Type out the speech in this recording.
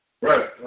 Right